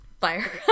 Fire